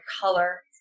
color